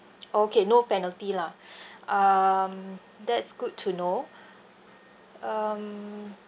okay no penalty lah um that's good to know um